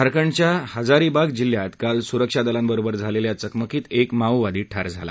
झारखंडच्या हजारीबाग जिल्ह्यात काल सुरक्षादलांबरोबर झालेल्या चकमकीत एक माओवादी ठार झाला